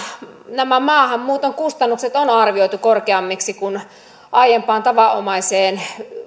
nämä maahanmuuton kustannukset on on arvioitu korkeammiksi kuin aiempiin tavanomaisiin